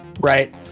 Right